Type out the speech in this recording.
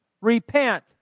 Repent